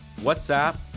WhatsApp